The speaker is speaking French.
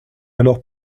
alors